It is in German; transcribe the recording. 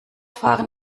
fahren